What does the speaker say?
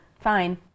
Fine